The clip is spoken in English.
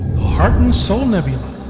heart and soul nebula